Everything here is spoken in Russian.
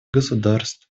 государств